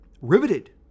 riveted